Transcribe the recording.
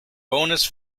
bonus